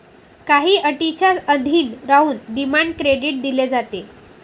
काही अटींच्या अधीन राहून डिमांड क्रेडिट दिले जाते